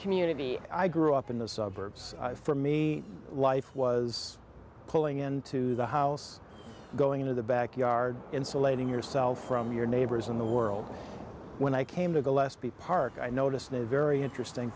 community i grew up in the suburbs for me life was pulling into the house going into the backyard insulating yourself from your neighbors in the world when i came to the last the park i noticed a very interesting